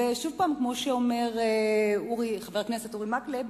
ושוב, כמו שאומר חבר הכנסת אורי מקלב,